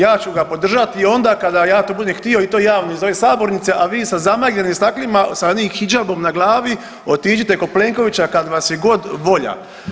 Ja ću ga podržati onda kada ja to budem htio i to javno iz ove sabornice, a vi sa zamagljenim staklima sa onim hidžabom na glavi otiđite kod Plenkovića kad vas je god volja.